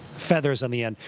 feathers on the end,